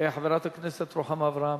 חברת הכנסת רוחמה אברהם,